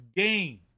game